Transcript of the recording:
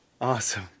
Awesome